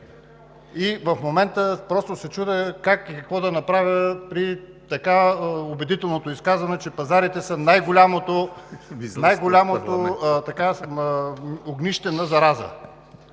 И в момента просто се чудя как и какво да направя при така убедителното изказване, че пазарите са най-голямото огнище на зараза.